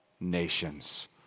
nations